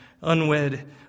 unwed